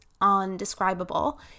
undescribable